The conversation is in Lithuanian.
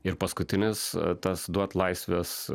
ir paskutinis tas duot laisvės